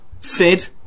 Sid